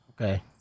Okay